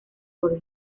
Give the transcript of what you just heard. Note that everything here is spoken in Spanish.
por